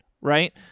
right